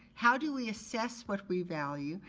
how do we assess what we value?